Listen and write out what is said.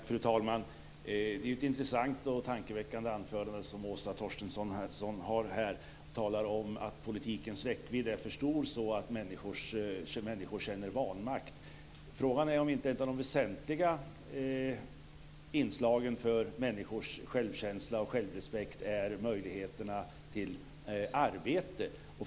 Fru talman! Det var ett intressant och tankeväckande anförande som Åsa Torstensson här höll. Hon talade om att politikens räckvidd är för stor, så att människor känner vanmakt. Frågan är då om inte ett av de väsentliga inslagen för människors självkänsla och självrespekt är möjligheterna till arbete.